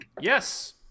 Yes